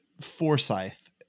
Forsyth